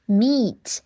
meat